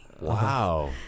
Wow